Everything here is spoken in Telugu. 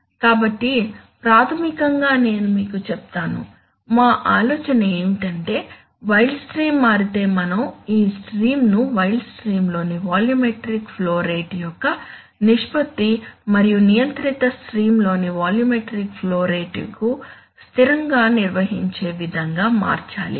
కాబట్టి ప్రాథమికంగా నేను మీకు చెప్తాను మా ఆలోచన ఏమిటంటే వైల్డ్ స్ట్రీమ్ మారితే మనం ఈ స్ట్రీమ్ను వైల్డ్ స్ట్రీమ్లోని వాల్యూమెట్రిక్ ఫ్లో రేట్ యొక్క నిష్పత్తి మరియు నియంత్రిత స్ట్రీమ్లోని వాల్యూమెట్రిక్ ఫ్లో రేటును స్థిరంగా నిర్వహించే విధంగా మార్చాలి